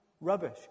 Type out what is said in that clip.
Rubbish